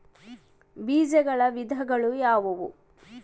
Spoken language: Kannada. ಬೇಜಗಳ ವಿಧಗಳು ಯಾವುವು?